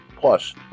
Plus